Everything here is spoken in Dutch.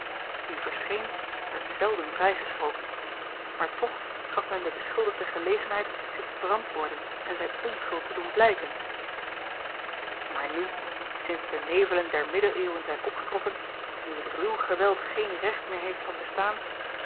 wie verscheen werd zelden vrijgesproken maar toch gaf men den beschuldigde gelegenheid zich te verantwoorden en zijne onschuld te doen blijken maar nu sinds de nevelen der middeleeuwen zijn opgetrokken nu het ruw geweld geen recht meer heeft van bestaan